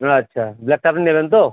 আচ্ছা ব্ল্যাকটা আপনি নেবেন তো